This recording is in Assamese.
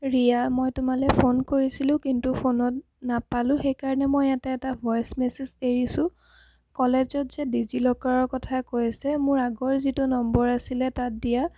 ৰিয়া মই তোমালৈ ফোন কৰিছিলোঁ কিন্তু ফোনত নাপালোঁ সেইকাৰণে মই ইয়াতে এটা ভইচ মেছেজ এৰিছোঁ কলেজত যে ডিজি লকাৰৰ কথা কৈছে মোৰ আগৰ যিটো নম্বৰ আছিলে তাত দিয়া